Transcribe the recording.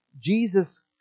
Jesus